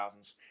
2000s